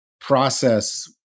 process